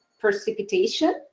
precipitation